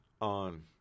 on